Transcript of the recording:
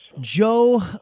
Joe